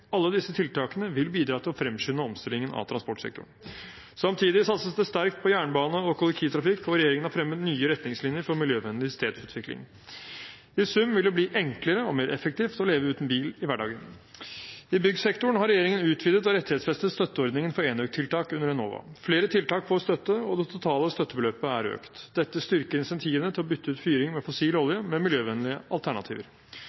Alle disse tiltakene vil bidra til å fremskynde omstillingen av transportsektoren. Samtidig satses det sterkt på jernbane og kollektivtrafikk, og regjeringen har fremmet nye retningslinjer for miljøvennlig stedsutvikling. I sum vil det bli enklere og mer effektivt å leve uten bil i hverdagen. I byggsektoren har regjeringen utvidet og rettighetsfestet støtteordningen for enøktiltak under Enova. Flere tiltak får støtte, og det totale støttebeløpet er økt. Dette styrker incentivene til å bytte ut fyring med fossil olje med miljøvennlige alternativer.